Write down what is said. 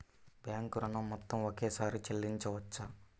Bank ఋణం మొత్తము ఒకేసారి చెల్లించవచ్చా?